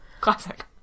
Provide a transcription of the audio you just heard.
classic